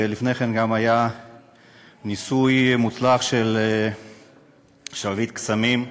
ולפני כן גם היה ניסוי מוצלח של "שרביט קסמים".